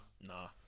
Nah